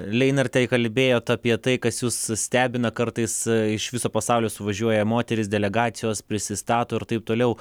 leinartei kalbėjot apie tai kas jus stebina kartais iš viso pasaulio suvažiuoja moterys delegacijos prisistato ir taip toliau